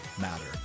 matter